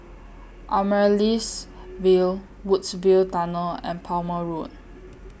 Amaryllis Ville Woodsville Tunnel and Palmer Road